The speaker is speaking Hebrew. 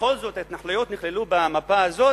ובכל זאת ההתנחלויות נכללו במפה הזאת,